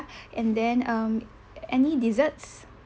and then um any desserts